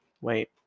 Wait